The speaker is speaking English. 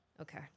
Okay